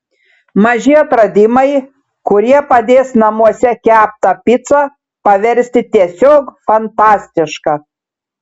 maži atradimai kurie padės namuose keptą picą paversti tiesiog fantastiška